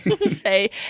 Say